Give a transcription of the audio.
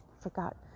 forgot